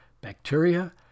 bacteria